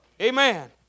Amen